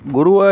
Guru